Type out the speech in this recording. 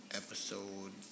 episode